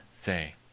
say